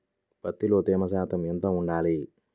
పత్తిలో తేమ శాతం ఎంత ఉండాలి?